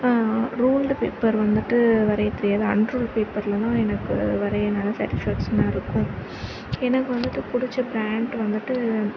ruled paper வந்துட்டு வரைய தெரியாது அன்ரூல்டு பேப்பரில் தான் எனக்கு வரைய நல்ல சேட்டிஸ்ஃபேக்ஷனாக இருக்கும் எனக்கு வந்து பிடிச்ச பிராண்டு வந்துட்டு